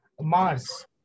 Mars